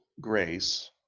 grace